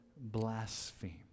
Blaspheme